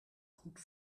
goed